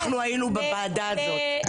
אנחנו היינו בוועדה הזאת.